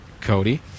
Cody